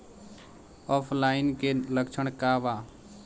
ऑफलाइनके लक्षण क वा?